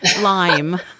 lime